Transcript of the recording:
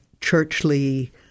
churchly